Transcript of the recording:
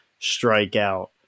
strikeout